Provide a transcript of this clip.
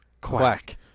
quack